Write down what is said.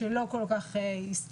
שלא כל כך הסתייע.